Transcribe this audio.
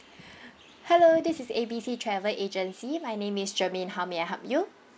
hello this is A B C travel agency my name is jermaine how may I help you